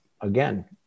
again